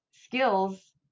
Skills